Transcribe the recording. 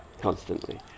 constantly